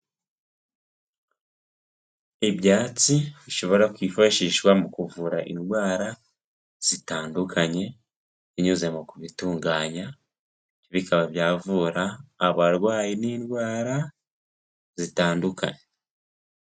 Ibyatsi bishobora kwifashishwa mu kuvura indwara zitandukanye binyuze mu kubitunganya bikaba byavura abarwayi n'indwara zitandukanye.